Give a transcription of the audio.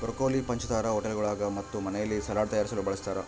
broccoli ಪಂಚತಾರಾ ಹೋಟೆಳ್ಗುಳಾಗ ಮತ್ತು ಮನೆಯಲ್ಲಿ ಸಲಾಡ್ ತಯಾರಿಸಲು ಬಳಸತಾರ